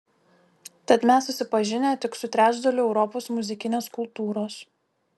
tad mes susipažinę tik su trečdaliu europos muzikinės kultūros